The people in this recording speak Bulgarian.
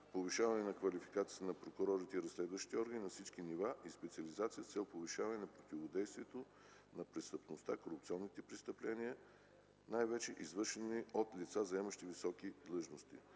повишаване на квалификацията на прокурорите и разследващите органи на всички нива и специализация с цел повишаване на противодействието на престъпността, корупционните престъпления, най-вече извършени от лица, заемащи високи длъжности.